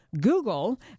Google